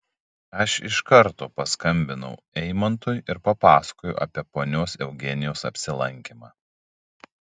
aš iš karto paskambinau eimantui ir papasakojau apie ponios eugenijos apsilankymą